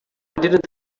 didn’t